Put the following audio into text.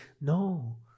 no